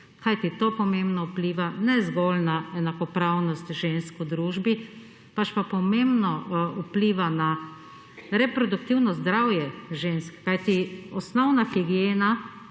to pomembno vpliva ne zgolj na enakopravnost žensk v družbi, pač pa pomembno vpliva na reproduktivno zdravje žensk, kajti osnovna higiena